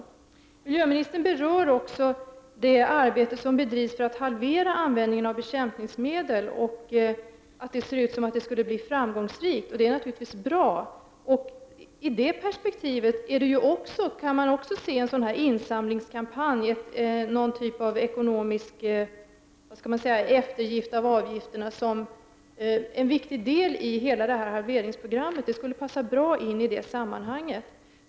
Miljöministern berör också det arbete som bedrivs för att halvera användningen av bekämpningsmedel, och det ser ut som om det skulle bli framgångsrikt. Det är naturligtvis bra. I detta perspektiv kan man parallellt med insamlingskampanjen också se någon typ av ekonomisk eftergift när det gäller avgifterna som en viktig del i halveringsprogrammet. Det skulle passa bra in i detta sammanhang.